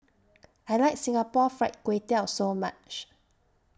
I like Singapore Fried Kway Tiao very much